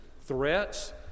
threats